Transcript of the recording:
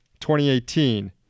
2018